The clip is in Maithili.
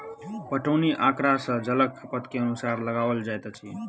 पटौनी आँकड़ा सॅ जलक खपत के अनुमान लगाओल जाइत अछि